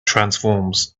transforms